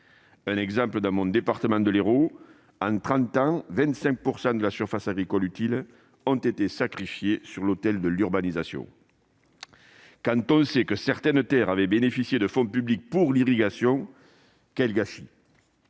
d'exemple, dans mon département de l'Hérault, en trente ans, 25 % de la surface agricole utile ont été sacrifiés sur l'autel de l'urbanisation. Quand on sait que certaines terres avaient bénéficié de fonds publics pour l'irrigation, quel gâchis !